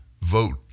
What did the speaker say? vote